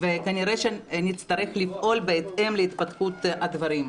כנראה נצטרך לפעול בהתאם להתפתחות הדברים.